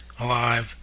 alive